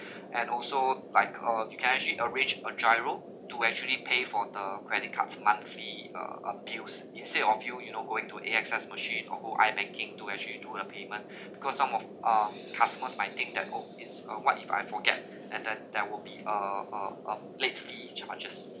and also like uh you can actually arrange a GIRO to actually pay for the credit cards monthly uh appeals instead of you you know going to A_X_S machine or all I-banking to actually do a payment because some of uh customers might think that oh it's uh what if I forget and then there will be a a a late fee charges